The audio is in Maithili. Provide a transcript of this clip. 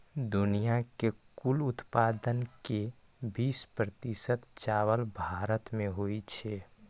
दुनिया के कुल उत्पादन के बीस प्रतिशत चावल भारत मे होइ छै